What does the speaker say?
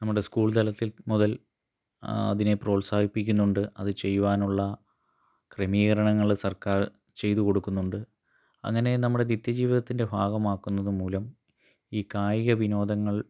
നമ്മുടെ സ്കൂൾ തലത്തിൽ മുതൽ അതിനെ പ്രോൽസാഹിപ്പിക്കുന്നുണ്ട് അത് ചെയ്യുവാനുള്ള ക്രമീകരണങ്ങൾ സർക്കാർ ചെയ്തു കൊടുക്കുന്നുണ്ട് അങ്ങനെ നമ്മുടെ നിത്യ ജീവിതത്തിൻ്റെ ഭാഗമാക്കുന്നത് മൂലം ഈ കായിക വിനോദങ്ങൾ